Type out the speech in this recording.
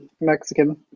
Mexican